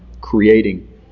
creating